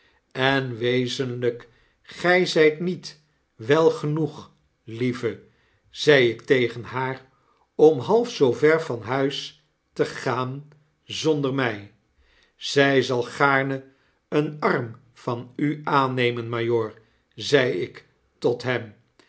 en wezenlijk gy zyt niet wel genoeg lieve zei ik tegen haar om half zoo ver van huis te gaan zonder my zg zal gaarne een arm van u aannemen majoor zei ik tot hem